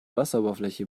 wasseroberfläche